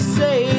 say